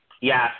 Yes